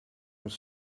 was